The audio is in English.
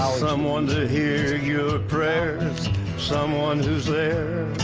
someone to hear your prayers someone who's there